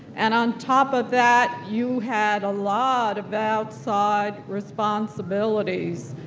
and on top of that, you had a lot of outside responsibilities.